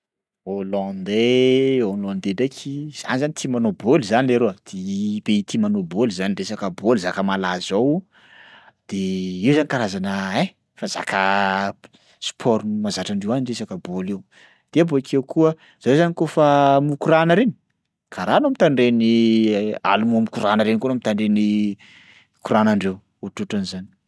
Holondais, holondais ndraiky zany zany tia manao b 么 ly zany leroa, ti- pays tia manao b 么 ly zany resaka b 么 ly zaka malaza ao, de io zany karazana hein fa zaka sport mahazatra andreo any resaka b 么 ly io. De bakeo koa zareo zany kaofa mikorana reny karaha anao mitandreny allemand mikorana reny koa anao mitandreny koranandreo, ohatrohatran'zany.